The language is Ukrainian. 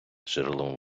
джерелом